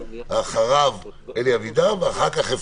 אחריו אלי אבידר ואחריו אפרת.